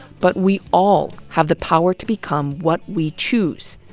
but we all have the power to become what we choose,